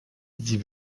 sie